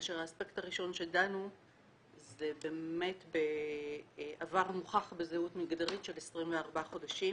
כאשר האספקט הראשון שדנו זה באמת בעבר מוכח בזהות מגדרית של 24 חודשים